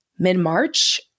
mid-March